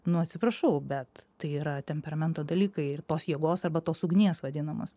nuo atsiprašau bet tai yra temperamento dalykai ir tos jėgos arba tos ugnies vadinamos